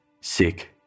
sick